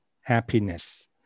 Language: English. happiness